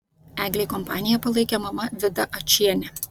eglei kompaniją palaikė mama vida ačienė